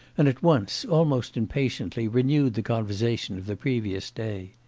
and at once, almost impatiently, renewed the conversation of the previous day.